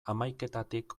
hamaiketatik